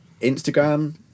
Instagram